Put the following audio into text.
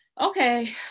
Okay